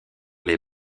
les